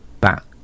back